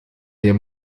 der